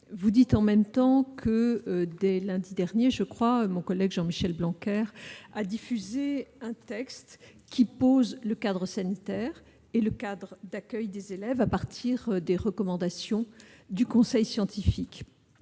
Vous dites en même temps que, dès lundi dernier, mon collègue Jean-Michel Blanquer a diffusé un texte qui pose le cadre sanitaire et le cadre d'accueil des élèves à partir des recommandations du conseil scientifique.